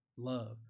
Love